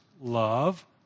love